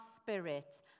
spirit